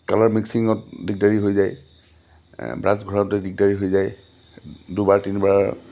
colour মিক্সিঙত দিগদাৰি হৈ যায় ব্ৰাছ ঘূৰাওতে দিগদাৰি হৈ যায় দুবাৰ তিনিবাৰ